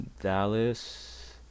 Dallas